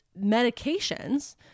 medications